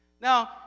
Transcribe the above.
Now